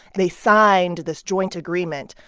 they signed this joint agreement,